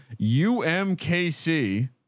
UMKC